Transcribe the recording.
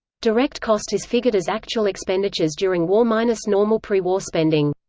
direct cost is figured as actual expenditures during war minus normal prewar spending.